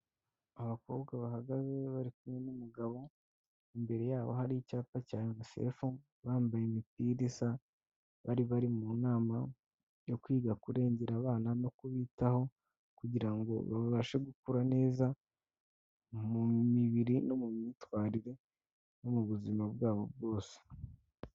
Abakobwa bahagaze bari kumwe n'umugabo, imbere yabo hari icyapa cya Unicef, bambaye imipira isa, bari bari mu nama yo kwiga kurengera abana no kubitaho kugira ngo babashe gukura neza mu mibiri no mu myitwarire no mu buzima bwabo bwose.